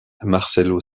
marcelo